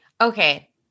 okay